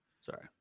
sorry